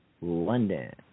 London